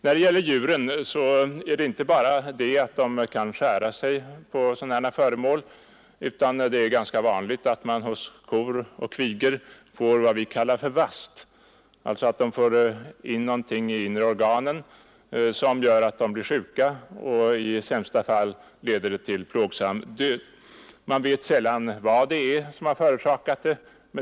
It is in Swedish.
Förutom att djuren kan skära sig på farliga föremål är det ganska vanligt att kor och kvigor får vad man kallar ”vasst”, dvs. de får in något i de inre organen som gör att de blir sjuka. I sämsta fall leder det till en plågsam död. Man vet sällan vad som förorsakat sjukdomen.